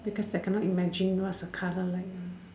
because they cannot imagine what's a colour like ah